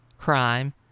crime